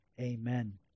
Amen